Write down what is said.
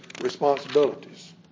responsibilities